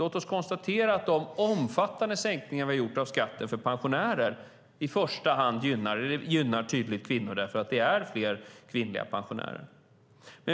Låt oss konstatera att de omfattande sänkningarna som vi har gjort av skatten för pensionärer i första hand tydligt gynnar kvinnor, eftersom det finns fler kvinnliga pensionärer.